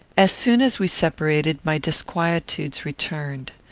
as soon as we separated, my disquietudes returned.